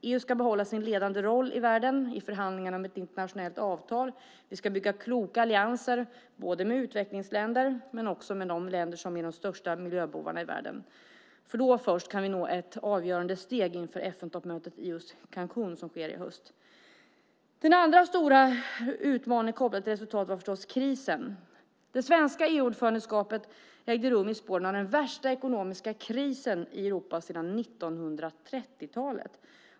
EU ska behålla sin ledande roll i världen i förhandlingar om ett internationellt avtal. Vi ska bygga kloka allianser med både utvecklingsländer och de länder som är de största miljöbovarna i världen. Först då kan vi nå ett avgörande steg inför FN-toppmötet i Cancún i höst. Den andra stora utmaningen kopplad till resultat var förstås krisen. Det svenska EU-ordförandeskapet ägde rum i spåren av den värsta ekonomiska krisen i Europa sedan 1930-talet.